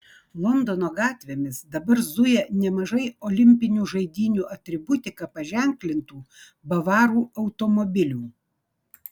londono gatvėmis dabar zuja nemažai olimpinių žaidynių atributika paženklintų bavarų automobilių